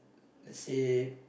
let's say